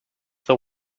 the